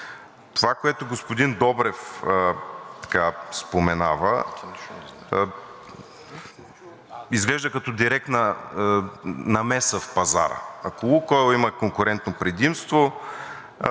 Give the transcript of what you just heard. Това, което господин Добрев споменава, изглежда като директна намеса в пазара. Ако „Лукойл“ има конкурентно предимство,